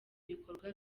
ibikorwa